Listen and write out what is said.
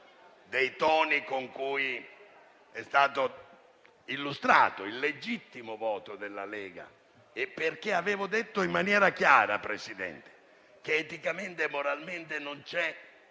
dei toni con cui è stato illustrato il legittimo voto della Lega. Avevo detto in maniera chiara, signor Presidente, che eticamente e moralmente non c'è